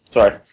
Sorry